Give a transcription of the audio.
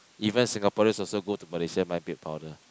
even Singaporeans also go to Malaysia buy milk powder